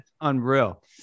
unreal